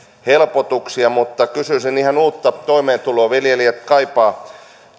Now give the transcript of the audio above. helpotuksia mutta kysyisin ihan uutta toimeentuloa viljelijät kaipaavat